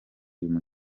mukino